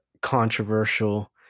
controversial